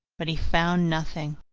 but he found nothing.